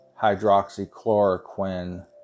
hydroxychloroquine